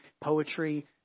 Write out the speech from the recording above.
poetry